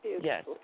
Yes